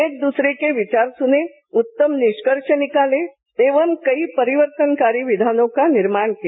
एक दूसरे के विचार सुने उत्तम निष्कर्ष निकाले एवं कई परिवर्तनकारी विधानों का निर्माण किया